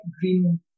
green